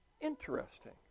Interesting